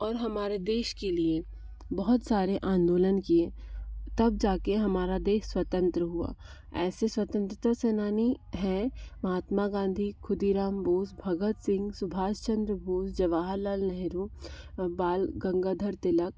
और हमारे देश के लिए बहुत सारे आंदोलन किए तब जा के हमारा देश स्वतंत्र हुआ ऐसे स्वतंत्रता सेनानी हैं महात्मा गांधी ख़ुदीराम बोस भगत सिंग सुभाश चंद्र बोस जवाहर लाल नेहरू बाल गंगाधर तिलक